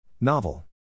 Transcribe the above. Novel